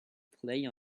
play